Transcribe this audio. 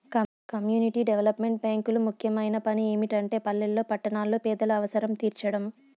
community development బ్యేంకులు ముఖ్యమైన పని ఏమిటంటే పల్లెల్లో పట్టణాల్లో పేదల అవసరం తీర్చడం